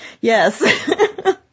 Yes